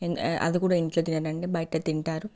అది కూడా ఇంట్లో తినరండి బయట తింటారు